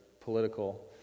political